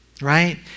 right